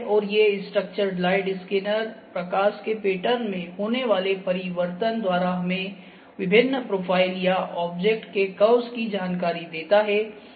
और ये structured light scanner प्रकाश के पैटर्न में होने वाले परिवर्तन द्वारा हमें विभिन्न प्रोफाइल या ऑब्जेक्ट के कर्व्स की जानकारी देता है